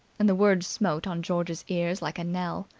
and the words smote on george's ear like a knell,